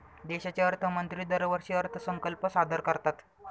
देशाचे अर्थमंत्री दरवर्षी अर्थसंकल्प सादर करतात